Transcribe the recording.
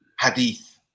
Hadith